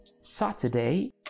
Saturday